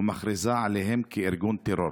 ומכריזה עליהם כארגוני טרור?